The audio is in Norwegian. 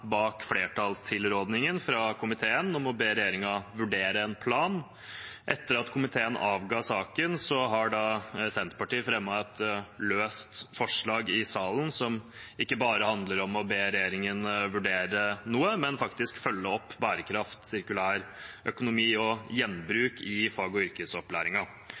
bak flertallstilrådingen fra komiteen om å be regjeringen vurdere en plan. Etter at komiteen avga innstillingen, har Senterpartiet fremmet et løst forslag i salen som ikke bare handler om å be regjeringen vurdere noe, men faktisk følge opp bærekraft, sirkulær økonomi og gjenbruk i fag- og